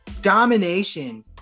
domination